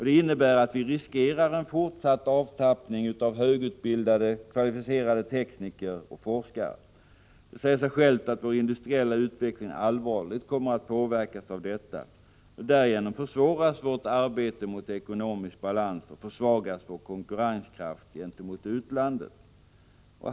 Det innebär att vi riskerar en fortsatt avtappning av högutbildade och kvalificerade tekniker och forskare. Det säger sig självt att vår industriella utveckling allvarligt kommer att påverkas av detta. Därigenom försvåras vårt arbete. mot ekonomisk balans och försvagas vår konkurrenskraft gentemot utlandet.